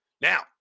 Now